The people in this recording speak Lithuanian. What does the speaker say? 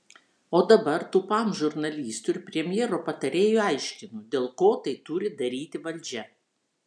o dabar tūpam žurnalistui ir premjero patarėjui aiškinu dėl ko tai turi daryti valdžia